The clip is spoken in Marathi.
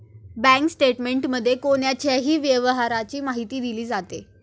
बँक स्टेटमेंटमध्ये कोणाच्याही व्यवहाराची माहिती दिली जाते